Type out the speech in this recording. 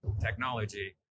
technology